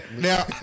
now